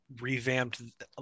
revamped